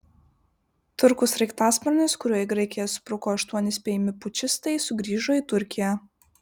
turkų sraigtasparnis kuriuo į graikiją spruko aštuoni spėjami pučistai sugrįžo į turkiją